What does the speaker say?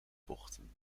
bochten